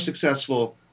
successful